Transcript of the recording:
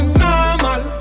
normal